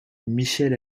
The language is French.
michèle